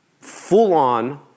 full-on